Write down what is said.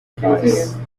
price